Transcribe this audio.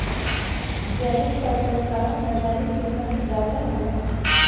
जैविक फसल क बाजारी कीमत ज्यादा होला